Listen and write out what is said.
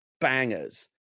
bangers